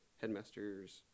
headmaster's